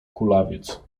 kulawiec